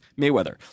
Mayweather